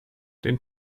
den